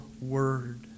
word